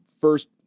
first